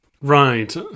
Right